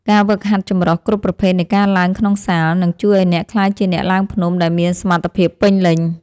ការហ្វឹកហាត់ចម្រុះគ្រប់ប្រភេទនៃការឡើងក្នុងសាល នឹងជួយឱ្យអ្នកក្លាយជាអ្នកឡើងភ្នំដែលមានសមត្ថភាពពេញលេញ។